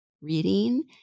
reading